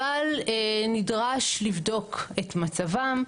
אבל נדרש לבדוק את מצבם,